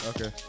Okay